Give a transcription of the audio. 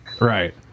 Right